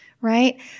right